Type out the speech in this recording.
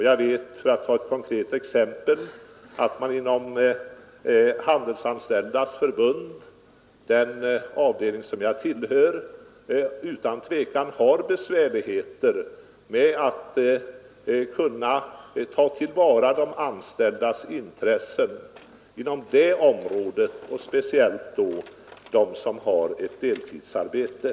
Jag vet, för att ta ett konkret exempel, att man inom den avdelning av Handelsanställdas förbund som jag tillhör utan tvivel har besvärligheter med att ta till vara de anställdas intressen på det här området, och det gäller speciellt för dem som har deltidsarbete.